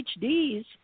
PhDs